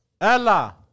Ella